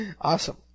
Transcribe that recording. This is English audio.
Awesome